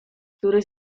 który